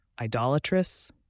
Idolatrous